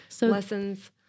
lessons